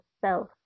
self